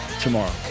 tomorrow